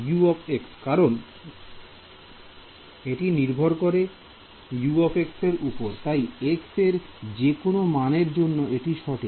Student U কারণ এটি নির্ভর করে U এর উপরে তাই x এর যে কোন মানের জন্য এটি সঠিক